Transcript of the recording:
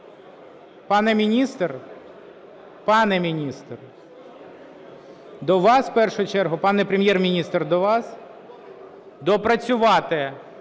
Пане міністр, до вас в першу чергу, пане Прем'єр-міністр, до вас. Допрацювати